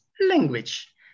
language